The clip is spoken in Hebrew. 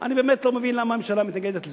אני באמת לא מבין למה הממשלה מתנגדת לזה.